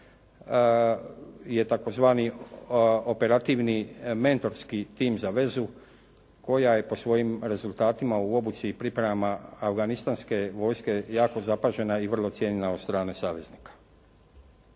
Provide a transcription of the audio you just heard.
je tzv. operativni mentorski tim za vezu koja je po svojim rezultatima u obuci i pripremama afganistanske vojske jako zapažena i vrlo cijenjena od strane saveznika.